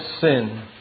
sin